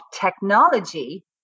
technology